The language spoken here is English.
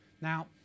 Now